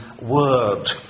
word